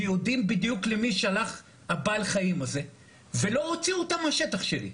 ויודעים בדיוק למי שייך בעל החיים הזה - ולא הוציאו אותם מהשטח שלי.